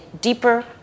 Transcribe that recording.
deeper